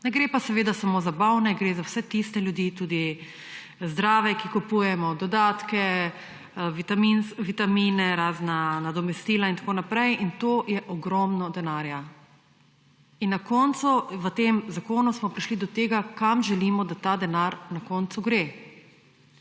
Ne gre pa seveda samo za bolne, gre za vse ljudi, tudi zdrave, ki kupujemo dodatke, vitamine, razna nadomestila in tako naprej. To je ogromno denarja. Na koncu smo v tem zakonu prišli do tega, kam želimo, da ta denar na koncu gre.